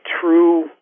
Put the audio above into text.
true